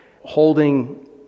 holding